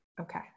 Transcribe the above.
Okay